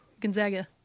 Gonzaga